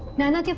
naina